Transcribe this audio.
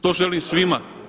To želim svima.